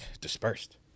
dispersed